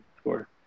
score